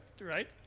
Right